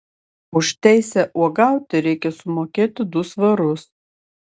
už teisę uogauti reikia sumokėti du svarus